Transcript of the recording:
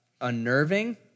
unnerving